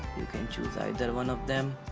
you can choose either one of them.